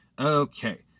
Okay